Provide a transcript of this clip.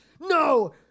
No